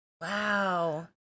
Wow